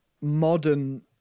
modern